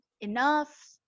enough